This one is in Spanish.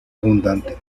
abundante